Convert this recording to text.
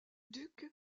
duc